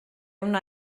wna